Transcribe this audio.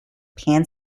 pan